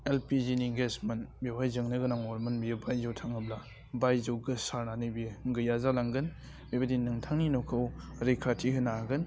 एलपिजिनि गेसमोन बेवहाय जोंनो गोनां अरमोन बेयो बायजोआव थाङोब्ला बायजोआव गोसारनानै बेयो गैया जालांगोन बेबायदि नोंथांनि न'खौ रैखाथि होनो हागोन